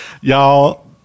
Y'all